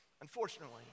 Unfortunately